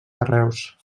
carreus